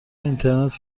اینترنت